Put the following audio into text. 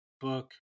book